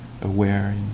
aware